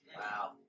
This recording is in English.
Wow